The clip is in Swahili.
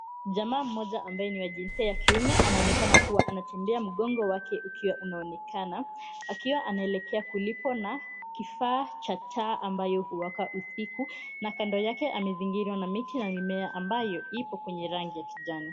Jamaa mmoja ambaye ni wa jinsia ya kiume anaonekana kuwa anatembea mgongo wake ukiwa unaonekana akiwa anaelekea kuliko na kifaa cha taa ambayo huwaka usiku na kando yake amezingirwa na miti na mimea ambayo ipo kwenye rangi ya kijani.